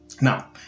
now